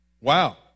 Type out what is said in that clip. Wow